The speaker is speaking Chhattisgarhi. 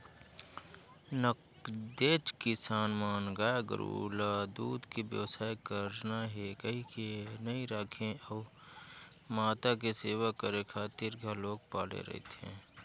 नगदेच किसान मन गाय गोरु ल दूद के बेवसाय करना हे कहिके नइ राखे गउ माता के सेवा करे खातिर घलोक पाले रहिथे